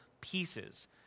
pieces